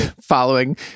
following